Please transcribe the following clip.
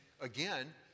again